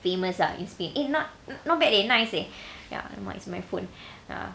famous ah in spain eh not not bad eh nice eh ya what is my phone